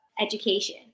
education